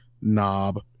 knob